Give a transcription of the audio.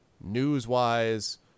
news-wise